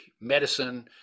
medicine